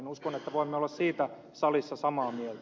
uskon että voimme olla siitä salissa samaa mieltä